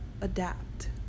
adapt